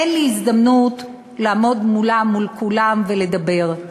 אין לי הזדמנות לעמוד מולם, מול כולם, ולדבר.